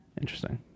Interesting